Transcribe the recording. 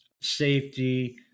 safety